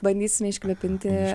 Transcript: bandysime iškvėpinti